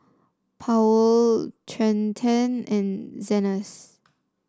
Powell Trenten and Zenas